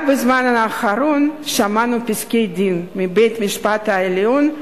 רק בזמן האחרון שמענו פסקי-דין של בית-המשפט העליון,